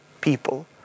people